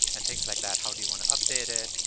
and things like that. how do you want to update it.